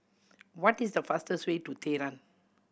what is the fastest way to Tehran